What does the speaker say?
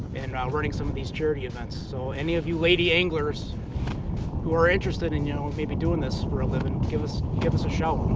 and running some of these charity events. so any of you lady anglers who are interested in you know and doing this for a living, give us give us a shout.